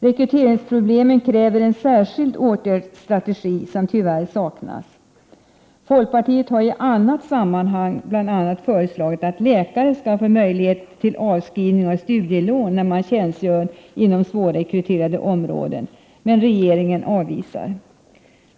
Rekryteringsproblemen kräver en särskild åtgärdsstrategi som tyvärr saknas. Folkpartiet har i annat sammanhang bl.a. föreslagit att läkare skall få möjlighet till avskrivning av studielån om de tjänstgör inom områden som det är svårt att rekrytera till — men regeringen avvisar förslaget.